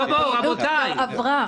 כבר עברה.